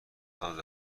ساز